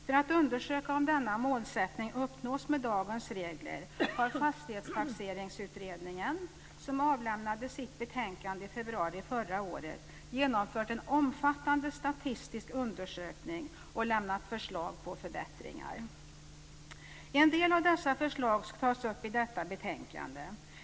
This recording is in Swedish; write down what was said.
För att undersöka om denna målsättning uppnås med dagens regler har Fastighetstaxeringsutredningen som avlämnade sitt betänkande i februari förra året, genomfört en omfattande statistisk undersökning och lämnat förslag på förbättringar. En del av förslagen tas upp i detta betänkande.